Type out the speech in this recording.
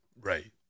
right